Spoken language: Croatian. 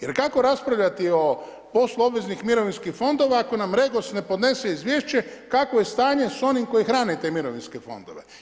Jer kako raspravljati o poslu obveznih mirovinskih fondova, ako nam REGOS ne podnese izvješće kakvo je stanje s onim koji hrane te mirovinske fondove.